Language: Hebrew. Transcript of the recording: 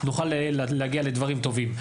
נוכל להגיע לדברים טובים.